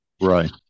Right